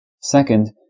Second